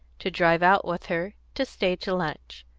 to drive out with her, to stay to lunch.